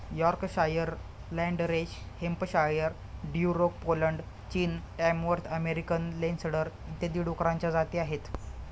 Yorkshire, Landrace Hampshire, Duroc Poland, चीन, Tamworth American Landrace इत्यादी डुकरांच्या जाती आहेत